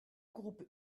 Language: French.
groupe